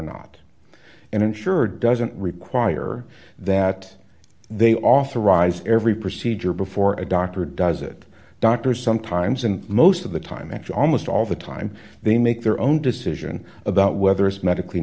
not and it sure doesn't require that they authorize every procedure before a doctor does it doctors sometimes and most of the time actually almost all the time they make their own decision about whether it's medically